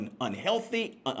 unhealthy